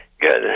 Good